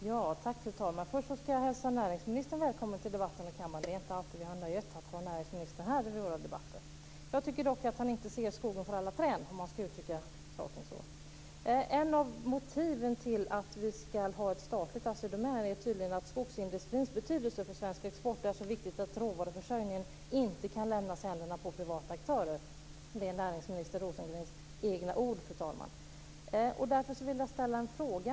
Fru talman! Först ska jag hälsa näringsministern välkommen till debatten i kammaren. Det är inte alltid vi har nöjet att ha näringsministern här vid våra debatter. Jag tycker dock att han inte ser skogen för alla träd, om man ska uttrycka saken så. Ett av motiven till att vi ska ha ett statligt Assi Domän är tydligen att skogsindustrins betydelse för svensk export är så viktig att råvaruförsörjningen inte kan lämnas i händerna på privata aktörer. Det är näringsminister Rosengrens egna ord, fru talman.